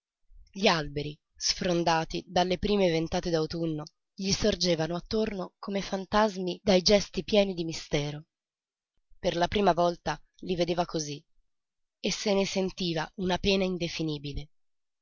gli alberi sfrondati dalle prime ventate d'autunno gli sorgevano attorno come fantasmi dai gesti pieni di mistero per la prima volta li vedeva cosí e se ne sentiva una pena indefinibile